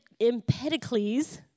Empedocles